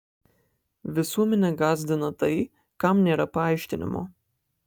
visuomenę gąsdina tai kam nėra paaiškinimo